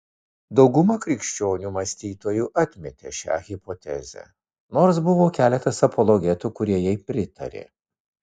dauguma krikščionių mąstytojų atmetė šią hipotezę nors buvo keletas apologetų kurie jai pritarė